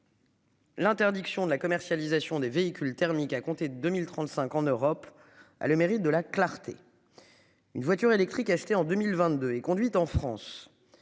L'interdiction de la commercialisation des véhicules thermiques à compter de 2035 en Europe a le mérite de la clarté. Une voiture électrique acheté en 2022 et conduite en France